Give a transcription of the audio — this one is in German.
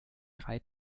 drei